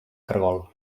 caragol